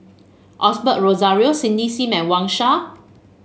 Osbert Rozario Cindy Sim and Wang Sha